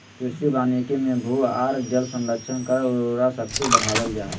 कृषि वानिकी मे भू आर जल संरक्षण कर उर्वरा शक्ति बढ़ावल जा हई